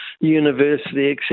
university